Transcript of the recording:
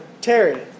Terry